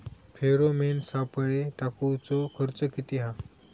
Pheromone सापळे टाकूचो खर्च किती हा?